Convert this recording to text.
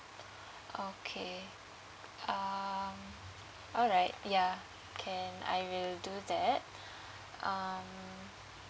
okay um alright yeah can I will do that um